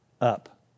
up